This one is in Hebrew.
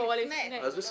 בשלב שלפני ולא אחרי.